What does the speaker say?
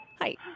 Hi